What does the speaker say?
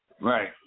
Right